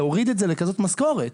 להוריד את זה לכזאת משכורת.